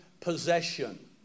possession